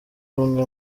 umwe